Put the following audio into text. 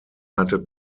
hatte